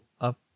up